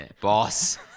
boss